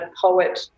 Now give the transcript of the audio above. poet